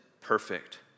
perfect